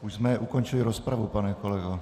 Už jsme ukončili rozpravu, pane kolego.